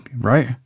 right